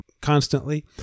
constantly